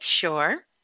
sure